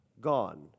gone